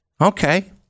Okay